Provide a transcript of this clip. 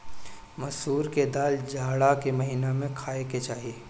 मसूर के दाल जाड़ा के महिना में खाए के चाही